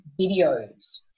videos